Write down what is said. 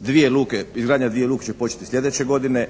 Dvije luke, izgradnja dvije luke će početi slijedeće godine.